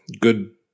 good